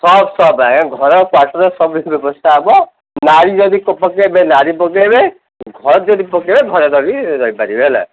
ଘର କ୍ଵାଟର୍ ସବୁ ବ୍ୟବସ୍ଥା ହେବ ମାରି ଯଦି ପକେଇବେ ନାଡ଼ି ପକେଇବେ ଘର ଯଦି ପକେଇବେ ଘର କରି ରହିପାରିବେ ହେଲା